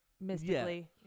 mystically